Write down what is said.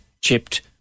chipped